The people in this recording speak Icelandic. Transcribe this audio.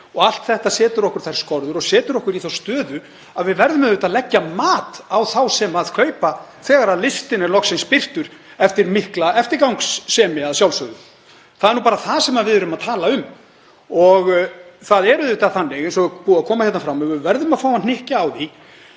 og allt þetta setur okkur þær skorður og setur okkur í þá stöðu að við verðum auðvitað að leggja mat á þá sem kaupa þegar listinn er loksins birtur eftir mikla eftirgangssemi, að sjálfsögðu. Það er bara það sem við erum að tala um. Það er auðvitað þannig, eins og komið hefur fram og við verðum að fá að hnykkja á því,